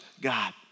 God